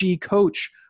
coach